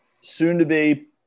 soon-to-be